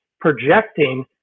projecting